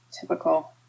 typical